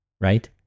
right